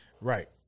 Right